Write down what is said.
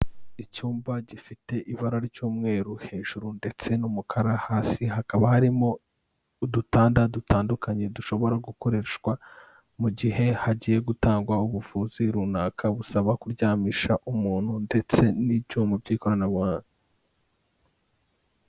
Icyumba gifite ibara ry'umweru hejuru ndetse n'umukara hasi, hakaba harimo udutanda dutandukanye, dushobora gukoreshwa mu gihe hagiye gutangwa ubuvuzi runaka busaba kuryamisha umuntu ndetse n'ibyuma by'ikoranabuhanga.